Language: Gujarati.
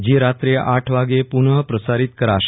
જે રાત્રે આઠ વાગે પુનઃ પ્રસારિત કરાશે